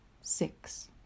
Six